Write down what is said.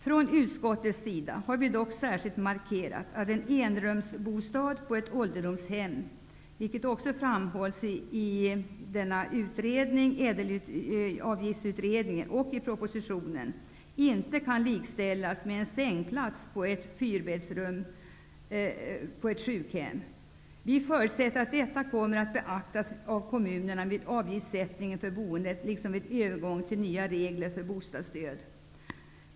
Från utskottets sida har vi dock särskilt markerat att en enrumsbostad på ett ålderdomshem inte kan likställas med en sängplats i ett fyrbäddsrum på ett sjukhem, något som också framhålls av Avgiftsutredningen och i propositionen. Vi förutsätter att detta kommer att beaktas av kommunerna vid fastställande av avgifter för boendet liksom vid övergång till nya regler för bostadsstöd.